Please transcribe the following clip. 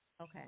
okay